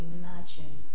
imagine